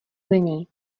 není